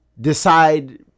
decide